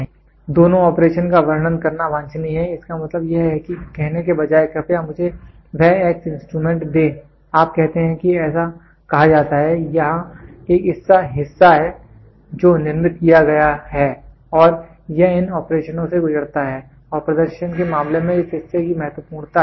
तो दोनों ऑपरेशन का वर्णन करना वांछनीय है इसका मतलब यह है कि कहने के बजाय कृपया मुझे वह x इंस्ट्रूमेंट दें आप कहते हैं कि ऐसा कहा जाता है यहाँ एक हिस्सा है जो निर्मित किया गया है और यह इन ऑपरेशनों से गुजरता है और प्रदर्शन के मामले में इस हिस्से की महत्वपूर्णता है